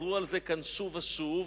וחזרו על זה כאן שוב ושוב: